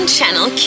Channel